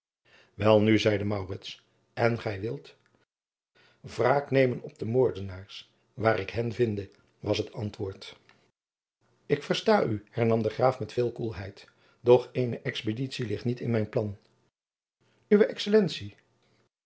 welnu zeide maurits en gij wilt wraak nemen op de moordenaars waar ik hen vinde was het antwoord ik versta u hernam de graaf met veel koelheid doch eene expeditie ligt niet in mijn plan uwe excellentie